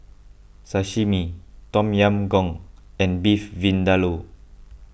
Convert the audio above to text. Sashimi Tom Yam Goong and Beef Vindaloo